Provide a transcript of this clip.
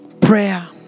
prayer